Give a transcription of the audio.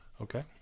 Okay